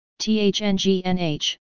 THNGNH